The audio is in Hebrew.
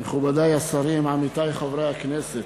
מכובדי השרים, עמיתי חברי הכנסת,